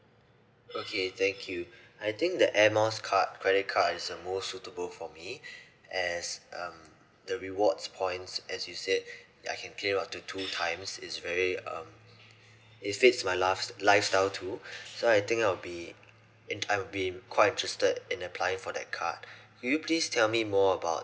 okay thank you I think the air miles card credit card is the most suitable for me as um the rewards points as you said I can claim up to two times it's very um it fits my life~ lifestyle too so I think I'll be in I'll be quite interested in applying for that card would you please tell me more about